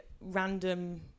random